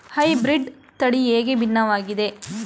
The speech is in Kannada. ಹೈಬ್ರೀಡ್ ತಳಿ ಹೇಗೆ ಭಿನ್ನವಾಗಿದೆ?